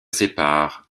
séparent